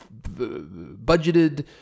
budgeted